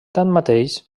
tanmateix